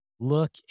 Look